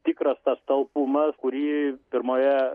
tikras tas talpumas kurį pirmoje